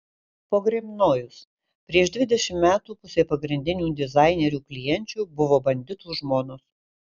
pogrebnojus prieš dvidešimt metų pusė pagrindinių dizainerių klienčių buvo banditų žmonos